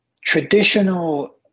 traditional